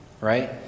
Right